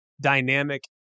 dynamic